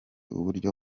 uburyo